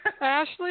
Ashley